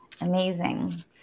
amazing